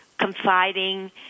confiding